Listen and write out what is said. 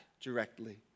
directly